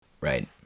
Right